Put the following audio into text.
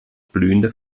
blühende